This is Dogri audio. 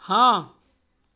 हां